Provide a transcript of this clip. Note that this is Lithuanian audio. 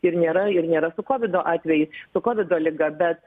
ir nėra ir nėra su kovido atveju su kovido liga bet